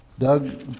Doug